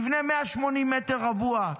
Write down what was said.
שיבנה 180 מטר רבוע,